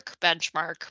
benchmark